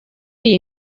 iyi